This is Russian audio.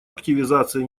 активизация